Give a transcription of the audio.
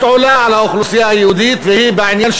עולה על האוכלוסייה היהודית: בעוני,